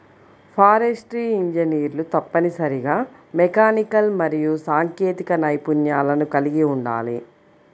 forestry ఇంజనీర్లు తప్పనిసరిగా mechanical మరియు సాంకేతిక నైపుణ్యాలను కలిగి ఉండాలి